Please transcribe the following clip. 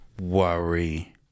worry